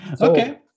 Okay